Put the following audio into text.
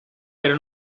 pero